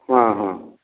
ହଁ ହଁ